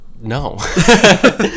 No